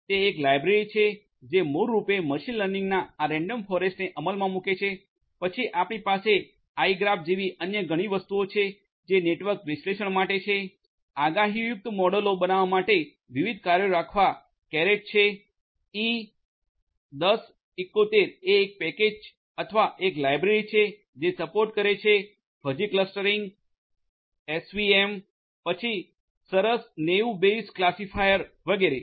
તે એક લાઇબ્રેરી છે જે મૂળરૂપે મશીન લર્નિંગના આ રેન્ડમ ફોરેસ્ટને અમલમાં મૂકે છે પછી આપણી પાસે આઇગ્રાફ જેવી અન્ય ઘણી વસ્તુઓ છે જે નેટવર્ક વિશ્લેષણ માટે છે આગાહીયુક્ત મોડેલો બનાવવા માટે વિવિધ કાર્યો રાખવા કેરેટ છે e1071 એ એક પેકેજ અથવા એક લાઇબ્રેરી છે જે સપોર્ટ કરે છે ફઝી ક્લસ્ટરીંગ એસવીએમ પછી સરસ નેઇવ બેઝ ક્લાસિફાયર વગેરે